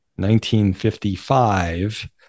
1955